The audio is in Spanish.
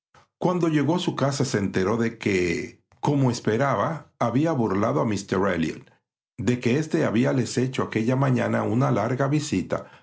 cuando llegó a su casa se enteró de que como esperaba había burlado a míster elliot de que éste habíales hecho aquella mañana una larga visita